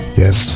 yes